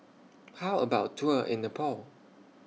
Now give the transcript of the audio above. How about A Tour in Nepal